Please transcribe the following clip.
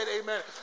amen